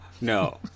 No